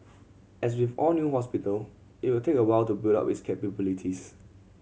as with all new hospital it will take a while to build up with capabilities